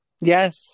Yes